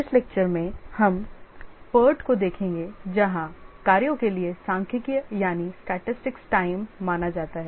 इस व्याख्यान में हम PERT को देखेंगे जहाँ कार्यों के लिए सांख्यिकीय यानी Statistics समय माना जाता है